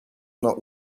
not